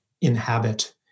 inhabit